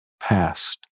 past